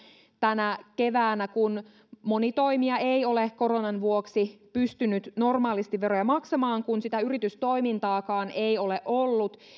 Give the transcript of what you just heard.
tänä keväänä kun moni toimija ei ole koronan vuoksi pystynyt normaalisti veroja maksamaan kun sitä yritystoimintaakaan ei ole ollut